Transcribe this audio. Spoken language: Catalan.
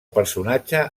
personatge